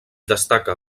destaca